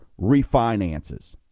refinances